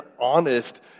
honest